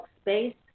space